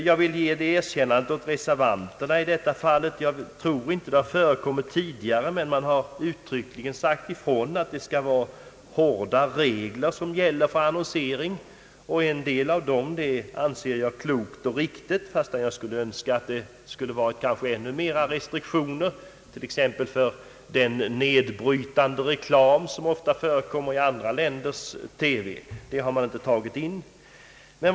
Jag ville ge det erkännandet åt reservanterna i detta fall att de uttryckligen har sagt ifrån att hårda regler skall gälla för annonsering. En del av dessa regler anser jag vara kloka och riktiga, men jag anser att det skulle vara ännu kraftigare restriktioner. Den nedbrytande reklam som förekommer i andra länder har man t.ex. inte berört i detta sammanhang.